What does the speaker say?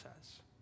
says